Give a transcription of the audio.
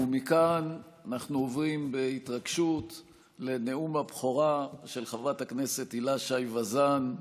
מכאן אנחנו עוברים בהתרגשות לנאום הבכורה של חברת הכנסת הילה שי וזאן.